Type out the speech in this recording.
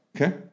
Okay